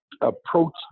approach